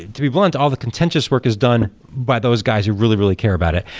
to be blunt, all the contentious work is done by those guys who really, really care about it.